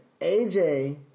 AJ